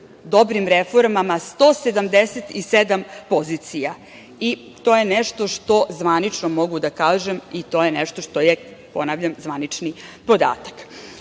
dobrim reformama 177 pozicija i to je nešto što zvanično mogu da kažem i to nešto što je, ponavljam, zvanični podatak. Kada